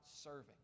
serving